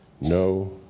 no